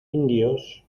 indios